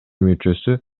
мүчөсү